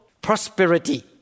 prosperity